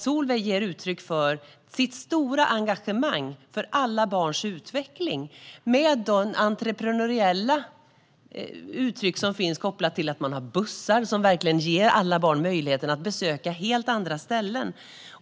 Solveig ger uttryck för sitt stora engagemang i alla barns utveckling med de entreprenöriella uttryck som finns kopplat till att man har bussar som ger alla barn möjlighet att besöka helt andra ställen.